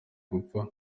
gupfa